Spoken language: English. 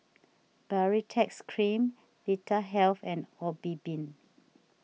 Baritex Cream Vitahealth and Obimin